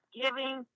giving